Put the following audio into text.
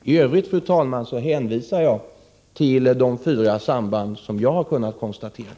I övrigt, fru talman, hänvisar jag till de fyra samband som jag har kunnat konstatera.